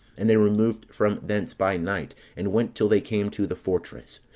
and they removed from thence by night, and went till they came to the fortress.